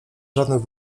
żadnych